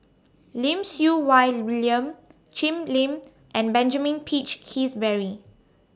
Lim Siew Wai William Jim Lim and Benjamin Peach Keasberry